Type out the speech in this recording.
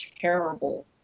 terrible